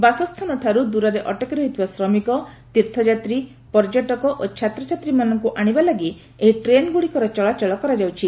ବାସସ୍ଥାନଠାରୁ ଦୂରରେ ଅଟକି ରହିଥିବା ଶ୍ରମିକ ତୀର୍ଥଯାତ୍ରୀ ପର୍ଯ୍ୟଟକ ଓ ଛାତ୍ରଛାତ୍ରୀମାନଙ୍କୁ ଆଶିବା ଲାଗି ଏହି ଟ୍ରେନ୍ଗୁଡ଼ିକର ଚଳାଚଳ କରାଯାଉଛି